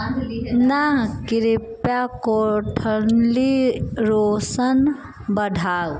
नऽ कृपया कोठली रोशन बढ़ाउ